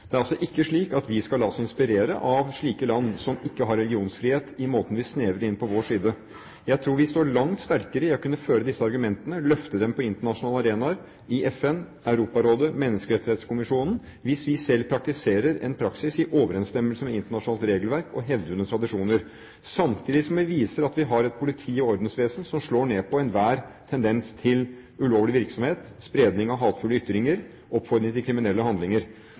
Det er altså ikke slik at vi skal la oss inspirere av slike land som ikke har religionsfrihet, i måten vi snevrer inn på vår side. Jeg tror vi står langt sterkere i å kunne føre disse argumentene, løfte dem på internasjonale arenaer – i FN, i Europarådet, i Menneskerettighetskommisjonen – hvis vi selv har en praksis i overensstemmelse med internasjonalt regelverk og hevdvunne tradisjoner, samtidig som vi viser at vi har et politi og ordensvesen som slår ned på enhver tendens til ulovlig virksomhet, spredning av hatefulle ytringer og oppfordringer til kriminelle handlinger.